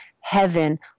heaven